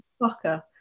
fucker